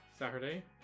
Saturday